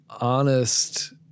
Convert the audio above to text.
honest